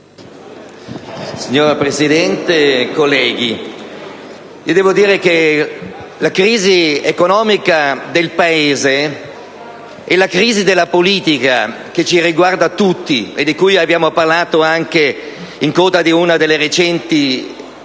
Signora Presidente, colleghi, la crisi economica del Paese e della politica, che ci riguarda tutti, e di cui abbiamo parlato anche in coda ad una delle recenti